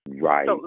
Right